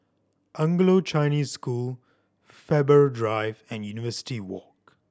Anglo Chinese School Faber Drive and University Walk